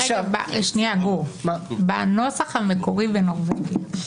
בנוסח המקורי הנורבגי,